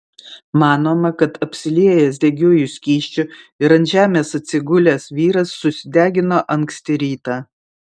manoma kad apsiliejęs degiuoju skysčiu ir ant žemės atsigulęs vyras susidegino anksti rytą